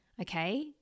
okay